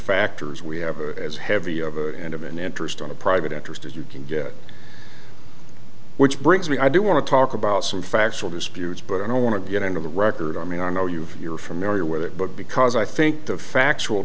factors we have a as heavy of a and of an interest on a private interest as you can get which brings me i do want to talk about some factual disputes but i don't want to get into the record i mean i know you've you're familiar with it but because i think the factual